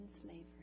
slavery